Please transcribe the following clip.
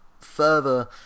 further